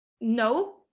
No